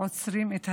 עוצרים את הדמים.